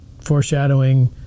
foreshadowing